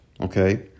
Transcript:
Okay